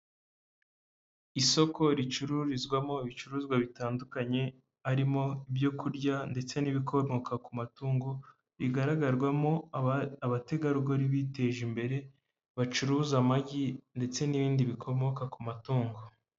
Isoko ricururizwamo ibicuruzwa bitandukanye harimo ibyo kurya ndetse n'ibikomoka ku matungo, bigaragarwamo abategarugori biteje imbere bacuruza amagi ndetse n'ibindi bikomoka ku matungo.